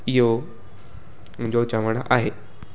इहो मुंहिंजो चवण आहे